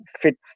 fits